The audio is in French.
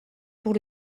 pour